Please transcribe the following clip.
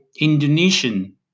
Indonesian